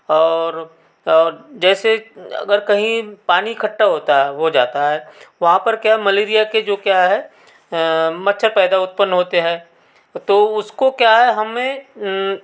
और और जैसे अगर कहीं पानी इकठ्ठा होता है हो जाता है वहाँ पर क्या मलेरिया के जो क्या है मच्छर पैदा उत्पन्न होते हैं तो उसको क्या है हमें